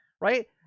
Right